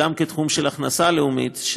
גם כתחום של הכנסה לאומית,